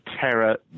terror